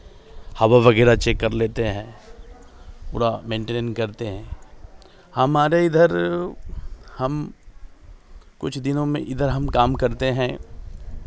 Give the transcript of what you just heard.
हवा वगैरह चेक कर लेते हैं पूरा मैंटेन करते हैं हमारे इधर हम कुछ दिनों में हम इधर कम करते हैं